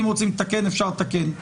אם רוצים לתקן אפשר לתקן.